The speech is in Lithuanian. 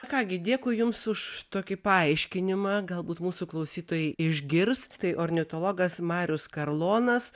ką gi dėkui jums už tokį paaiškinimą galbūt mūsų klausytojai išgirs tai ornitologas marius karlonas